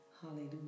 Hallelujah